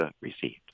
received